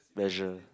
measure